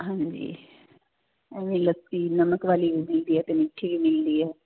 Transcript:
ਹਾਂਜੀ ਲੱਸੀ ਨਮਕ ਵਾਲੀ ਵੀ ਹੁੰਦੀ ਐ ਤੇ ਮਿੱਠੀ ਵੀ ਐ